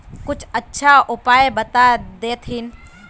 कुछ अच्छा उपाय बता देतहिन?